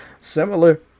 similar